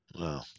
Wow